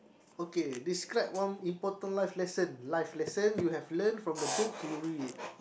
okay describe one important life lesson life lesson you have learned from the books you read